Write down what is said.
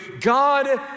God